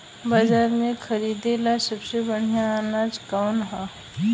बाजार में खरदे ला सबसे बढ़ियां अनाज कवन हवे?